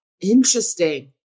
Interesting